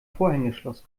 vorhängeschloss